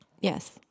Yes